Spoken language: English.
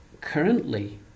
currently